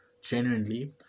genuinely